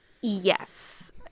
yes